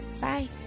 Bye